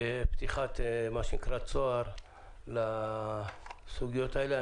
זה פתיחת צוהר לסוגיות האלה.